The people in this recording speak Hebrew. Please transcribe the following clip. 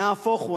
נהפוך הוא.